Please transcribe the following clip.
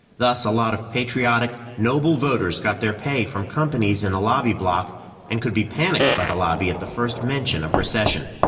thus a lot of patriotic, noble voters got their pay from companies in the lobby block and could be panicked by the lobby at the first mention of recession.